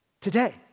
today